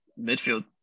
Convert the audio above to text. midfield